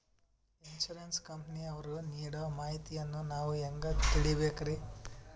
Insurance ಕಂಪನಿಯವರು ನೀಡೋ ಮಾಹಿತಿಯನ್ನು ನಾವು ಹೆಂಗಾ ತಿಳಿಬೇಕ್ರಿ?